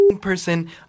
person